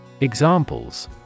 Examples